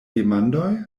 demandoj